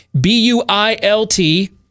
B-U-I-L-T